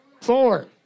Four